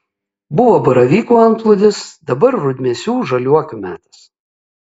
buvo baravykų antplūdis dabar rudmėsių žaliuokių metas